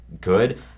good